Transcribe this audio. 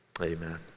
amen